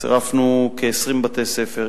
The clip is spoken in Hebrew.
צירפנו כ-20 בתי-ספר,